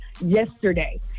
yesterday